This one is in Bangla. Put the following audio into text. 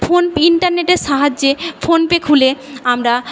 ফোন ইন্টারনেটের সাহায্যে ফোনপে খুলে আমরা